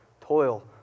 Toil